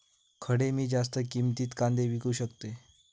खडे मी जास्त किमतीत कांदे विकू शकतय?